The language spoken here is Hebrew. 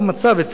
שנים רבות,